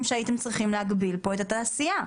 שהייתם צריכים להגביל פה את התעשייה.